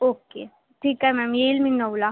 okay ठीक आहे ma'am येईल मी नऊला